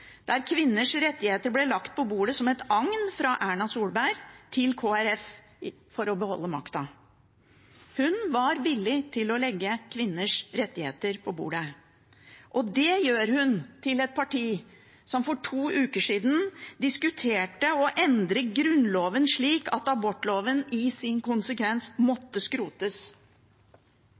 der kvinners rettigheter ble lagt på bordet som et agn fra Erna Solberg til Kristelig Folkeparti for å beholde makta. Hun var villig til å legge kvinners rettigheter på bordet, og det gjorde hun overfor et parti som for to uker siden diskuterte å endre Grunnloven slik at abortloven i sin konsekvens måtte skrotes.